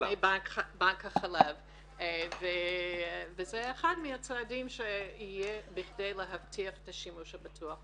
זה אחד הצעדים שיהיו כדי להבטיח את השימוש הבטוח.